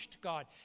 God